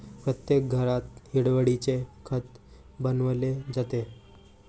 प्रत्येक घरात हिरवळीचे खत बनवले जाते